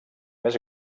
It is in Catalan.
més